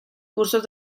cursos